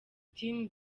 team